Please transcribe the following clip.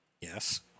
Yes